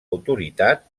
autoritat